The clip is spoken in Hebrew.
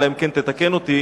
אלא אם כן תתקן אותי,